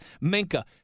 Minka